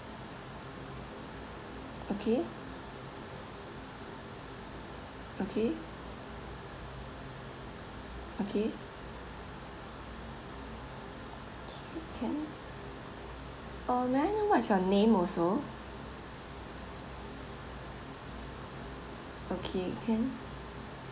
okay okay okay okay can oh may I what is your name also okay can